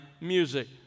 music